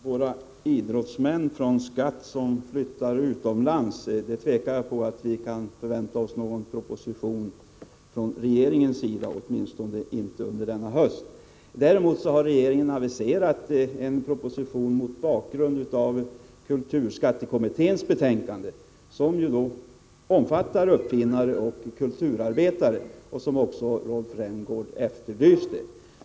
Fru talman! En proposition om att befria idrottsmän som flyttar utomlands från skatt betvivlar jag att vi får från regeringen, åtminstone under denna höst. Däremot har regeringen aviserat en proposition mot bakgrund av kulturskattekommitténs betänkande som ju omfattar uppfinnare och kulturarbetare, något som Rolf Rämgård också efterlyste.